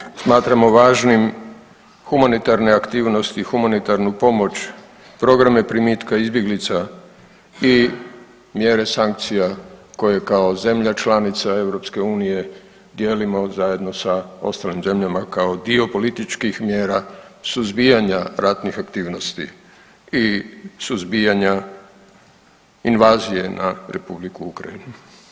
Naročito smatramo važnim humanitarne aktivnosti, humanitarnu pomoć, programe primitka izbjeglica i mjere sankcija koje kao zemlja članica EU dijelimo zajedno sa ostalim zemljama kao dio političkih mjera suzbijanja ratnih aktivnosti i suzbijanja invazije na Republiku Ukrajinu.